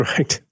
Right